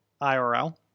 IRL